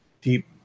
deep